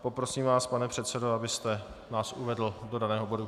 Poprosím vás, pane předsedo, abyste nás uvedl do daného bodu.